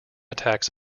attacks